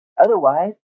Otherwise